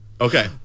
Okay